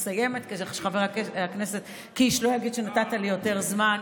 אני מסיימת כדי שחבר הכנסת קיש לא יגיד שנתת לי יותר זמן.